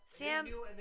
Sam